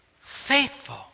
faithful